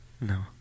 No